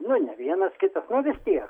nu ne vienas kitas nu vis tiek